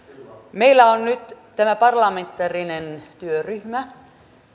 meillä on nyt tämä parlamentaarinen työryhmä